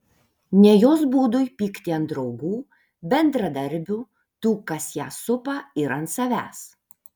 ne jos būdui pykti ant draugų bendradarbių tų kas ją supa ir ant savęs